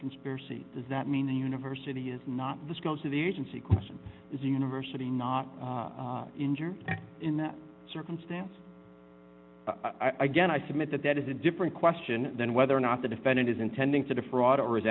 conspiracy does that mean the university is not the school's of the agency question is university not injured in that circumstance i guess i submit that that is a different question than whether or not the defendant is intending to defraud or is